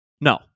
No